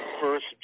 first